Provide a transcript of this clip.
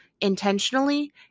intentionally